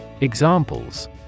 Examples